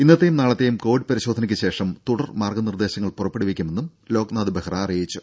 ഇന്നത്തെയും നാളെത്തെയും കോവിഡ് പരിശോധനയ്ക്ക് ശേഷം തുടർ മാർഗ നിർദേശങ്ങൾ പുറപ്പെടുവിക്കുമെന്നും ലോക്നാഥ് ബെഹ്റ അറിയിച്ചു